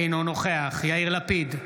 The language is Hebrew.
אינו נוכח יאיר לפיד,